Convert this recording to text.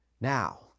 Now